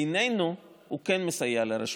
בינינו, הוא כן מסייע לרשות.